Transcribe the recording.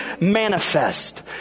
manifest